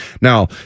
Now